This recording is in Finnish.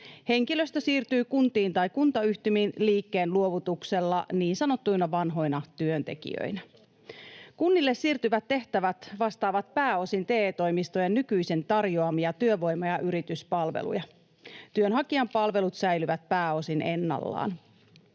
Henkilöstö siirtyy kuntiin tai kuntayhtymiin liikkeen luovutuksella niin sanottuina vanhoina työntekijöinä. Kunnille siirtyvät tehtävät vastaavat pääosin TE-toimistojen nykyisin tarjoa-mia työvoima- ja yrityspalveluja. Työnhakijan palvelut säilyvät pääosin ennallaan.